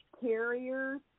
carriers